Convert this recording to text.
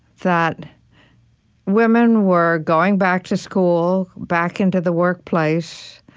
that women were going back to school, back into the workplace,